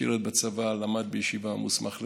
שירת בצבא, למד בישיבה, מוסמך לרבנות,